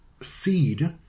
seed